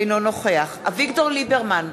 אינו נוכח אביגדור ליברמן,